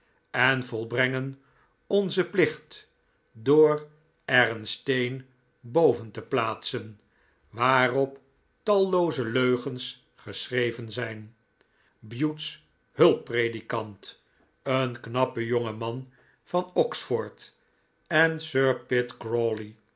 en volbrengen onzen plicht door er een steen boven te plaatsen waarop tallooze leugens geschreven zijn bute's hulpprcdikant een knappe jonge man van oxford en